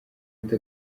ati